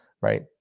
right